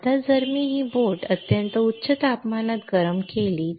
आता जर मी ही बोट अत्यंत हाई तापमानात गरम केली तर